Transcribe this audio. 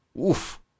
Oof